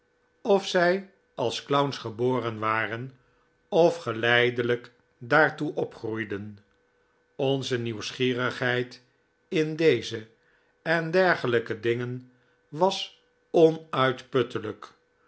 of zij als clowns geboren waren of geleidelijk daartoe opgroeiden onze nieuwsgierigheid in deze en dergelijke dingen was onuitputtelijk